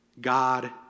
God